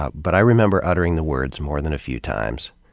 ah but i remember uttering the words, more than a few times,